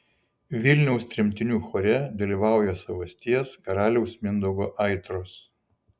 vilniaus tremtinių chore dalyvauja savasties karaliaus mindaugo aitros